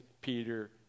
Peter